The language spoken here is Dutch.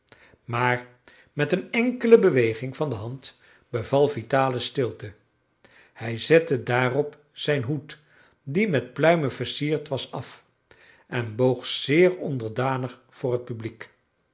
maar met een enkele beweging van de hand beval vitalis stilte hij zette daarop zijn hoed die met pluimen versierd was af en boog zeer onderdanig voor het publiek